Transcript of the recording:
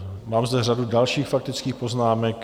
Mám zde řadu dalších faktických poznámek.